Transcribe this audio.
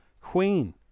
Queen